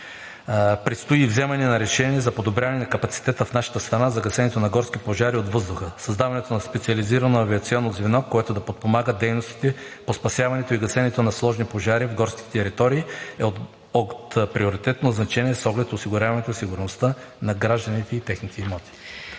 Предстои вземането на решение за подобряване на капацитета в нашата страна за гасенето на горски пожари от въздуха. Създаването на специализирано авиационно звено, което да подпомага дейностите по спасяването и гасенето на сложни пожари в горските територии е от приоритетно значение, с оглед осигуряването на сигурността на гражданите и техните имоти.